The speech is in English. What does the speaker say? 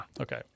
Okay